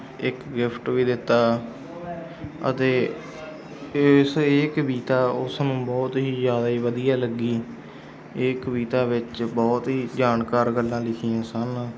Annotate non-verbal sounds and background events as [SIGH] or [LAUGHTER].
ਇੱਕ ਗਿਫਟ ਵੀ ਦਿੱਤਾ ਅਤੇ [UNINTELLIGIBLE] ਕਵਿਤਾ ਉਸ ਨੂੰ ਬਹੁਤ ਹੀ ਜ਼ਿਆਦਾ ਹੀ ਵਧੀਆ ਲੱਗੀ ਇਹ ਕਵਿਤਾ ਵਿੱਚ ਬਹੁਤ ਹੀ ਜਾਣਕਾਰ ਗੱਲਾਂ ਲਿਖੀਆਂ ਸਨ